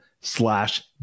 slash